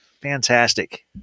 Fantastic